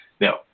Now